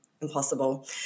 impossible